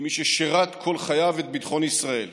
כמי ששירת כל חייו את ביטחון ישראל